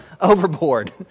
overboard